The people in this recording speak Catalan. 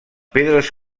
pedres